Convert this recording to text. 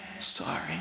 sorry